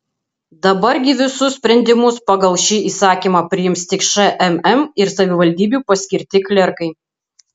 dabar gi visus sprendimus pagal šį įsakymą priims tik šmm ir savivaldybių paskirti klerkai